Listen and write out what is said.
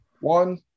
One